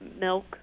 milk